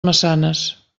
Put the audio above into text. maçanes